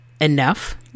Enough